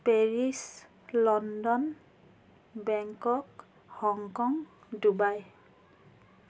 Paris London Bangkok Hong Kong Dubai